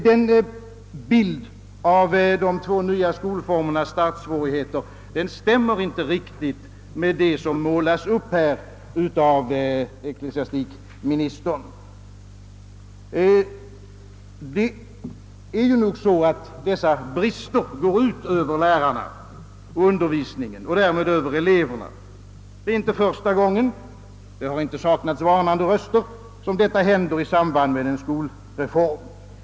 Denna bild av de två nya skolformernas startsvårigheter stämmer inte riktigt med dem som här målas upp av ecklesiastikministern. Dessa brister går ut över lärarna och undervisningen och därmed över eleverna. Det är inte första gången — varnande röster har inte saknats — som detta händer i samband med en skolreform.